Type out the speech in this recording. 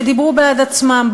שדיברו בעד עצמם.